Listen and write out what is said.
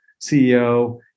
CEO